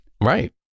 Right